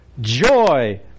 joy